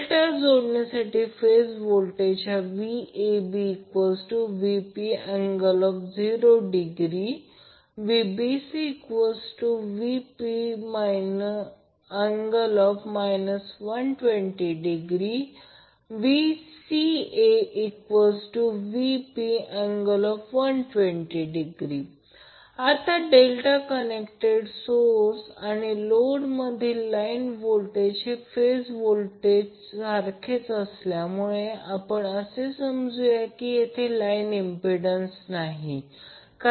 delta जोडणीसाठी phase voltage असेल VabVp∠0° VbcVp∠ 120° VcaVp∠120° आता डेल्टा कनेक्टेड सोर्स आणि लोडमध्ये लाईन व्होल्टेज हे फेज व्होल्टेज सारखेच असल्यामुळे आपण असे समजूया कि येथे लाईन इम्पिडंन्स नाही